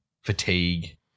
Fatigue